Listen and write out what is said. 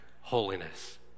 holiness